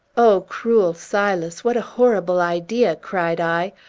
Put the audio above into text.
o cruel silas, what a horrible idea! cried i.